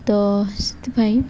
ତ ସେଥିପାଇଁ